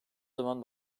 zaman